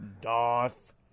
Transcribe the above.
Darth